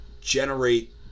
generate